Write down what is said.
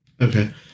Okay